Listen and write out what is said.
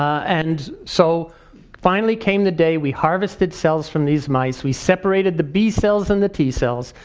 and so finally came the day we harvested cells from these mice. we separated the b cells and the t cells.